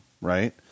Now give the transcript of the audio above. right